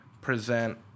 present